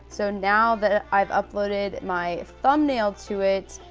so, now that i've uploaded my thumbnail to it,